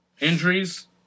injuries